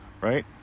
right